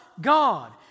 God